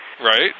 right